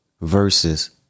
versus